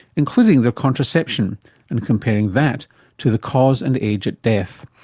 including their contraception and comparing that to the cause and age at death.